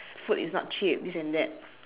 food is not cheap this and that